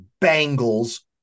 bangles